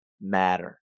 matter